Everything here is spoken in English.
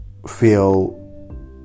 Feel